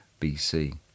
BC